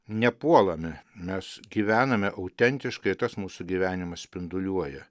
nepuolame mes gyvename autentiškai ir tas mūsų gyvenimas spinduliuoja